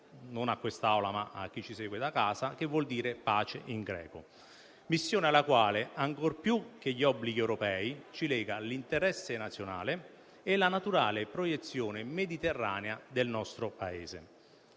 non a quest'Assemblea, ma a chi ci segue da casa - significa «pace» in greco. A tale missione, ancor più che gli obblighi europei, ci lega all'interesse nazionale e la naturale proiezione mediterranea del nostro Paese.